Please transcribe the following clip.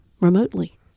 remotely